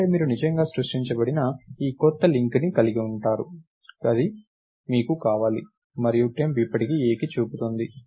అంటే మీరు నిజంగా సృష్టించబడిన ఈ క్రొత్త లింక్ని కలిగి ఉన్నారు మీకు అది కావాలి మరియు టెంప్ ఇప్పటికీ Aకి చూపుతోంది